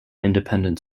independent